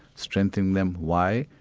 strengthening them. why?